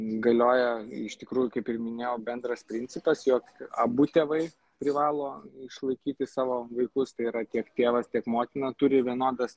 galioja iš tikrųjų kaip ir minėjau bendras principas jog abu tėvai privalo išlaikyti savo vaikus tai yra tiek tėvas tiek motina turi vienodas